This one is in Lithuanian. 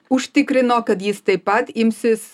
užtikrino kad jis taip pat imsis